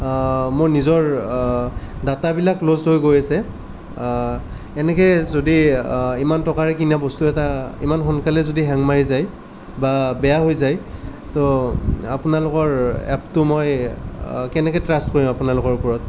মোৰ নিজৰ দাতাবিলাক ক্ল'জ হৈ গৈ আছে এনেকৈ যদি ইমান টকাৰে কিনা বস্তু এটা ইমান সোনকালে যদি হেং মাৰি যায় বা বেয়া হৈ যায় তো আপোনালোকৰ এপটো মই কেনেকৈ ত্ৰাষ্ট কৰিম আপোনালোকৰ ওপৰত